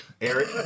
eric